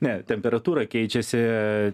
ne temperatūra keičiasi